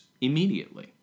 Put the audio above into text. immediately